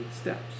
steps